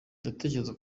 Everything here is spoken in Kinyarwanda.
ndatekereza